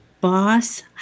boss